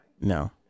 No